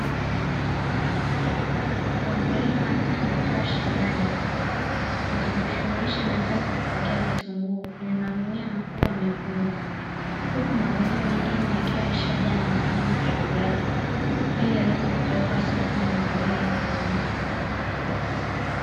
Wakulima watano wakiwa shambani wakijishughulisha na kazi ya kupakia vitunguu kwenye magunia makubwa mekundu, huku magunia mengine yakiwa yalishajaa na kusimama karibu yao ili yaweze kupelekwa sokoni kwa ajili ya kuuzwa.